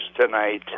tonight